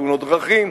תאונות דרכים,